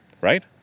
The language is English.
right